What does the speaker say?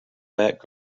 back